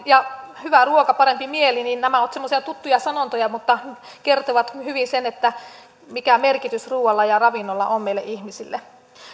ja hyvä ruoka parempi mieli ovat tuttuja sanontoja ja kertovat hyvin sen mikä merkitys ruualla ja ravinnolla on meille ihmisille